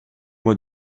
moi